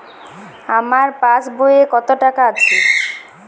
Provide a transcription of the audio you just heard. আমার পাসবইতে কত টাকা আছে?